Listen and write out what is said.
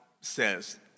says